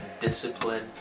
discipline